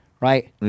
right